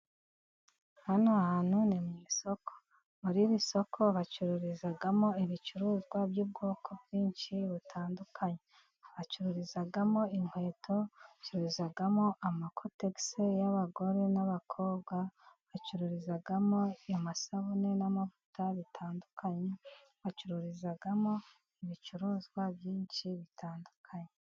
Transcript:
Hano hantu ni mu isoko. Muri iri soko bacururizamo ibicuruzwa by'ubwoko bwinshi butandukanye. Bacururizamo inkweto, bacururizamo amakotegisi y'abagore n'abakobwa, bacururizamo amasabune n'amavuta bitandukanye, bacururizamo ibicuruzwa byinshi bitandukanye.